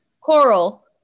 coral